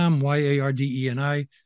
Y-A-R-D-E-N-I